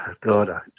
God